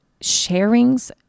sharings